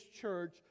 church